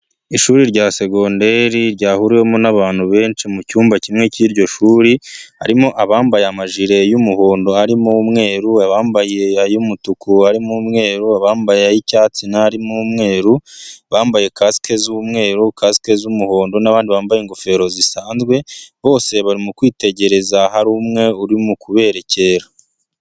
Ishuri rya segonderi, ryahuriwemo n'abantu benshi, mu cyumba kimwe cy'iryo shuri, harimo abambaye amajire y'umuhondo, harimo umweru, abambaye umutuku harimo umweru, bambaye ay'icyatsi, n'umweru, bambaye kasike z'umweru, kasike z'umuhondo, n'abandi bambaye ingofero zisanzwe, bose barimo kwitegereza, hari umwe uri kuberekera.